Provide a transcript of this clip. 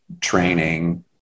training